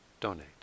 donate